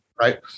right